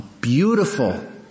beautiful